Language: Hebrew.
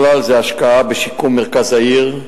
ובכלל זה השקעה בשיקום מרכז העיר,